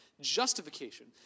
justification